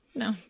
No